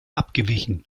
abgewichen